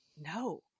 No